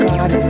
God